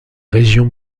région